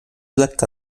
lekka